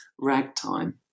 ragtime